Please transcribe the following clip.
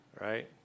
right